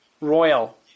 royal